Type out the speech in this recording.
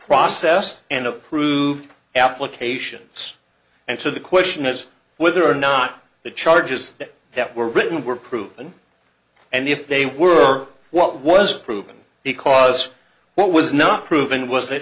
process and approved applications and so the question is whether or not the charges that were written were proven and if they were what was proven because what was not proven was